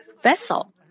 vessel